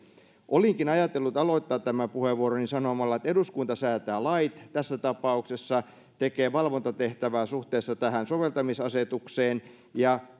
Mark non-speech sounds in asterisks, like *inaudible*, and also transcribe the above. olinkin ajatellut aloittaa tämän puheenvuoroni sanomalla että eduskunta säätää lait tässä tapauksessa tekee valvontatehtävää suhteessa tähän soveltamisasetukseen ja *unintelligible*